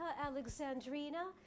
Alexandrina